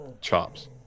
chops